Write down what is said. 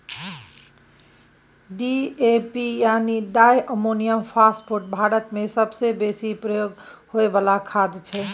DAP यानी di ammonium phosphate भारतमे सबसँ बेसी प्रयोग होइ बला खाद छै